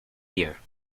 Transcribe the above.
year